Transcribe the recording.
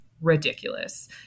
ridiculous